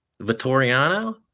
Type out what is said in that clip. Vittoriano